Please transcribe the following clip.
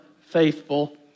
faithful